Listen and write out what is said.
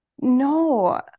No